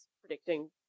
predicting